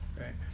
Right